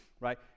right